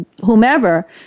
whomever